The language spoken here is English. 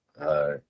right